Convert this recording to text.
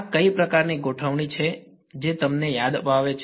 આ કઈ પ્રકારની ગોઠવણી છે જે તમને યાદ અપાવે છે